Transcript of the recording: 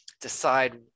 decide